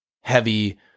heavy